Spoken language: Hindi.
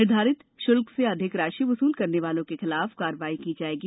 निर्धारित शुल्क से अधिक राशि वसूल करने वालों के खिलाफ कार्रवाई की जाएगी